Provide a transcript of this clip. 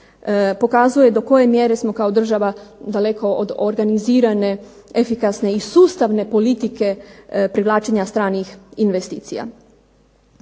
pokazuje do koje mjere smo kao država daleko od organizirane efikasne i sustavne politike privlačenja stranih investicija.